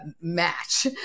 match